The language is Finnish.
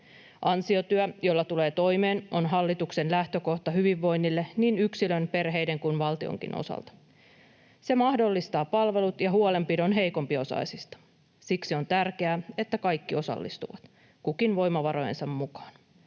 Ansiotyö, jolla tulee toimeen, on hallituksen lähtökohta hyvinvoinnille niin yksilön, perheiden kuin valtionkin osalta. Se mahdollistaa palvelut ja huolenpidon heikompiosaisista. Siksi on tärkeää, että kaikki osallistuvat, kukin voimavarojensa mukaan.